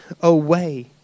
away